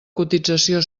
cotització